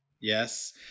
yes